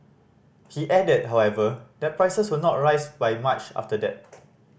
he added however that prices will not rise by much after that